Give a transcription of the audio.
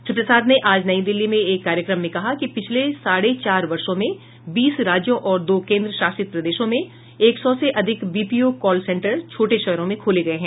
श्री प्रसाद ने आज नई दिल्ली में एक कार्यक्रम में कहा कि पिछले साढ़े चार वर्षों में बीस राज्यों और दो केन्द्र शासित प्रदेशों में एक सौ से अधिक बीपीओ कॉल सेंटर छोटे शहरों में खोले गए हैं